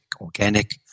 organic